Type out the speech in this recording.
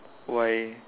why